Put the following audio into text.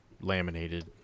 laminated